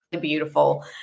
beautiful